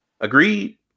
Agreed